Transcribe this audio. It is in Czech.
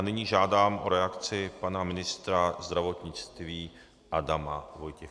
Nyní žádám o reakci pana ministra zdravotnictví. Adama Vojtěcha.